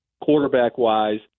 quarterback-wise